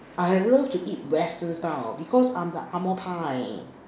I love to eat Western style because I'm the angmoh pai